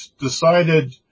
decided